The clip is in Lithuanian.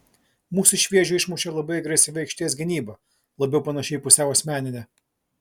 mus iš vėžių išmušė labai agresyvi aikštės gynyba labiau panaši į pusiau asmeninę